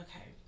Okay